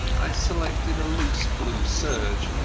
i selected a loose blue serge,